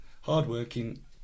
Hard-working